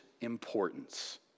importance